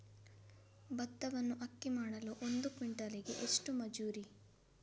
ಭತ್ತವನ್ನು ಅಕ್ಕಿ ಮಾಡಲು ಒಂದು ಕ್ವಿಂಟಾಲಿಗೆ ಎಷ್ಟು ಮಜೂರಿ?